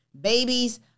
Babies